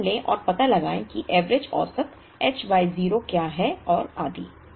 उदाहरण लें और पता लगाएं कि एवरेज औसत h बाय O क्या है और आदि